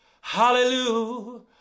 hallelujah